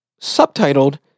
subtitled